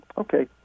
Okay